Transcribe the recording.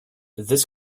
this